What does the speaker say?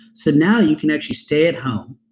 so now you can actually stay at home,